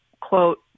quote